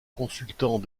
consultant